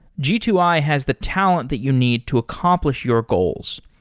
g two i has the talent that you need to accomplish your goals.